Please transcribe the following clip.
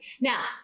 now